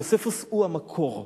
יוספוס הוא המקור.